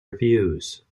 reviews